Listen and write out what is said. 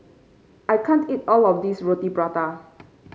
I can't eat all of this Roti Prata